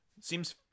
seems